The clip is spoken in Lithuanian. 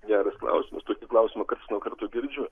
geras klausimas tokį klausimą karts nuo karto girdžiu